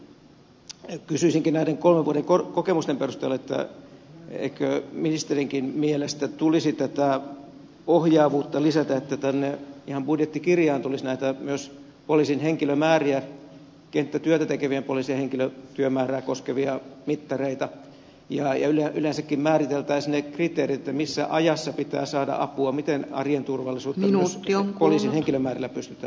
kysyisinkin näiden kolmen vuoden kokemusten perusteella eikö ministerinkin mielestä tulisi ohjaavuutta lisätä että ihan budjettikirjaan tulisi myös kenttätyötä tekevien poliisien henkilömäärää koskevia mittareita ja yleensäkin määriteltäisiin ne kriteerit missä ajassa pitää saada apua miten arjen turvallisuus poliisin henkilömäärillä pystytään vahvistamaan